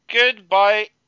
Goodbye